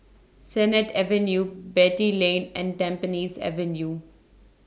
Sennett Avenue Beatty Lane and Tampines Avenue